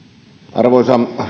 arvoisa